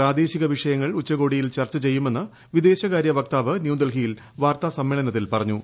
പ്രാദേശിക വിഷയങ്ങൾ ഉച്ചകോടിയിൽ ചർച്ച ചെയ്യുമെന്ന് വിദേശകാര്യ വക്താവ് ന്യൂഡൽഹിയിൽ വാർത്താ സമ്മേളനത്തിൽ പറഞ്ഞു